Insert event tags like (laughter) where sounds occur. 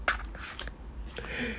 (noise)